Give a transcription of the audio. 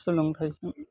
सोलोंथाइजों